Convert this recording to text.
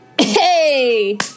Hey